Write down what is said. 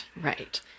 Right